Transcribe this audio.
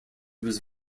was